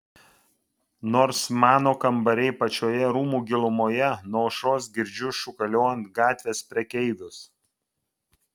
nors mano kambariai pačioje rūmų gilumoje nuo aušros girdžiu šūkaliojant gatvės prekeivius